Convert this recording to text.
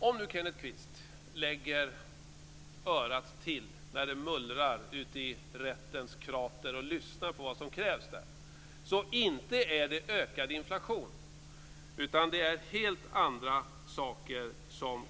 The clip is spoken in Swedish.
Om nu Kenneth Kvist lägger örat till när det mullrar ute i rättens krater och lyssnar vad som krävs där, så inte är det ökad inflation som krävs utan helt andra saker.